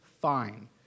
fine